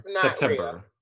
September